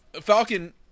Falcon